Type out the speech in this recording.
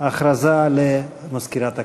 הכרזה למזכירת הכנסת.